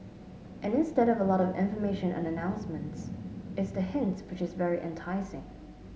and instead of a lot of information on announcements it's the hints which is very enticing